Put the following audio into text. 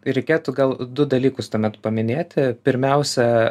reikėtų gal du dalykus tuomet paminėti pirmiausia